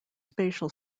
spatial